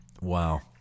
Wow